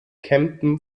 kempen